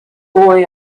boy